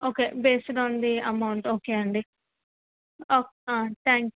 okay basic amount okay అండి thank you